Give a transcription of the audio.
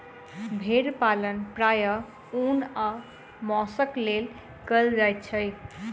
भेड़ पालन प्रायः ऊन आ मौंसक लेल कयल जाइत अछि